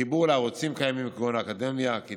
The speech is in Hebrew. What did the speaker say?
חיבור לערוצים קיימים, כמו אקדמיה-כיתה,